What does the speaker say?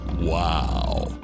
Wow